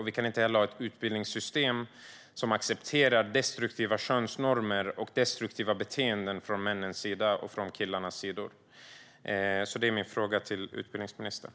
Vi kan inte heller ha ett utbildningssystem där destruktiva könsnormer och destruktiva beteenden från män och killar accepteras.